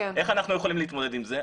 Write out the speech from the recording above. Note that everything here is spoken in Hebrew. איך אנחנו יכולים להתמודד עם זה?